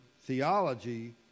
theology